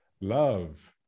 love